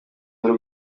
y’u